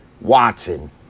Watson